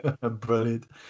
Brilliant